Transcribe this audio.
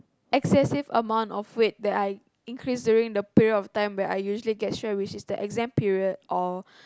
excessive amount of weight that I increase during the period of time when I usually get stressed which is the exam period or